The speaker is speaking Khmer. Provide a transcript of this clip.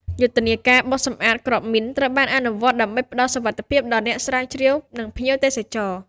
យុទ្ធនាការបោសសម្អាតគ្រាប់មីនត្រូវបានអនុវត្តដើម្បីផ្តល់សុវត្ថិភាពដល់អ្នកស្រាវជ្រាវ និងភ្ញៀវទេសចរ។